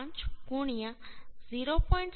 5 0